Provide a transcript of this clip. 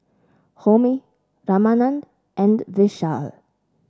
Homi Ramanand and Vishal